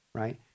right